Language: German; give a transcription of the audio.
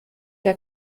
der